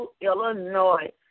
Illinois